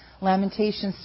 Lamentations